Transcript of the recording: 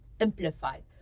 amplified